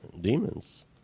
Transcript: demons